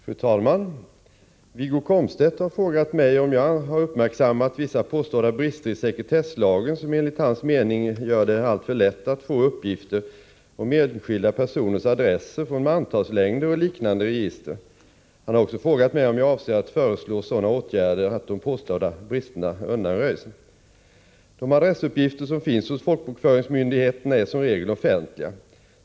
Fru talman! Wiggo Komstedt har frågat mig om jag har uppmärksammat vissa påstådda brister i sekretesslagen som enligt hans mening gör det alltför lätt att få uppgift om enskilda personers adresser från mantalslängder och liknande register. Han har också frågat mig om jag avser att föreslå sådana åtgärder att de påstådda bristerna undanröjs. De adressuppgifter som finns hos folkbokföringsmyndigheterna är som regel offentliga.